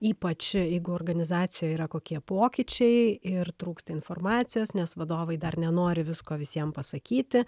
ypač jeigu organizacijoje yra kokie pokyčiai ir trūksta informacijos nes vadovai dar nenori visko visiem pasakyti